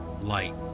light